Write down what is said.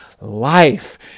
life